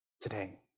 today